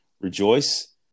rejoice